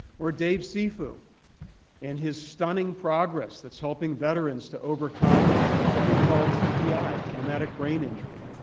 or dave cifu and his stunning progress that's helping veterans to overcome what we call tbi, traumatic brain injury,